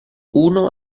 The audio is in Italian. uno